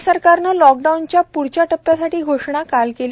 राज्य सरकारने लॉकडाऊनच्या प्ढच्या टप्प्याची घोषणा काल केली